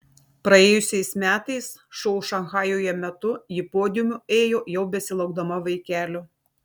praėjusiais metais šou šanchajuje metu ji podiumu ėjo jau besilaukdama vaikelio